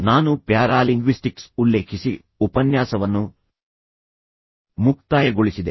ನಾನು ಪ್ಯಾರಾಲಿಂಗ್ವಿಸ್ಟಿಕ್ಸ್ ಉಲ್ಲೇಖಿಸಿ ಉಪನ್ಯಾಸವನ್ನು ಮುಕ್ತಾಯಗೊಳಿಸಿದೆ